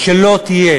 שלא תהיה